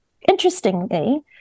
Interestingly